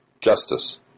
justice